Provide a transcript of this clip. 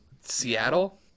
Seattle